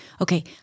okay